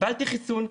קיבלתי חיסון,